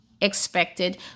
expected